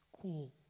cool